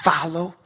Follow